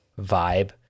vibe